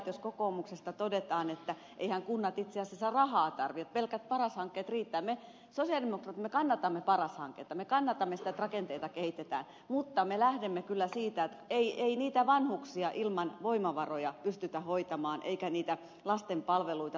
jos kokoomuksesta todetaan että eiväthän kunnat itse asiassa rahaa tarvitse pelkät paras hankkeet riittävät me sosialidemokraatit kannatamme paras hanketta me kannatamme sitä että rakenteita kehitetään mutta me lähdemme kyllä siitä että ei niitä vanhuksia ilman voimavaroja pystytä hoitamaan eikä niitä lasten palveluita turvaamaan